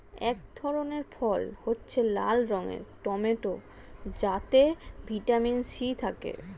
এক ধরনের ফল হচ্ছে লাল রঙের টমেটো যাতে ভিটামিন সি থাকে